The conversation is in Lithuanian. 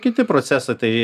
kiti procesai tai